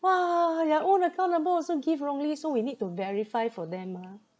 !wah! your own account number also give wrongly so we need to verify for them mah